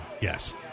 Yes